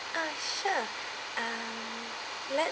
ah sure um